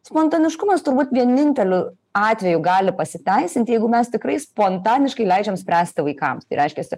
spontaniškumas turbūt vieninteliu atveju gali pasiteisint jeigu mes tikrai spontaniškai leidžiam spręsti vaikams tai reiškiasi